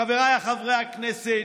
חבריי חברי הכנסת,